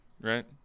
right